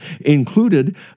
included